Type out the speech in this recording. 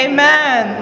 Amen